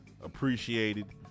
appreciated